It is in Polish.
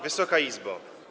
Wysoka Izbo!